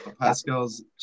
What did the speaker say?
Pascal's